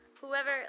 whoever